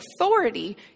authority